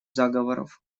заговоров